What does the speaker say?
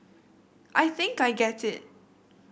I think I get it